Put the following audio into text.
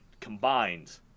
combined